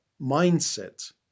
mindset